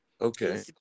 Okay